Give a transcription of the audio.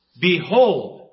Behold